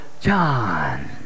John